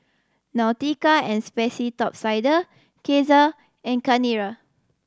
Nautica and Sperry Top Sider Cesar and Chanira